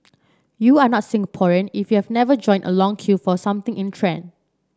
you are not Singaporean if you have never joined a long queue for something in trend